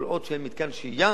כל עוד אין מתקן שהייה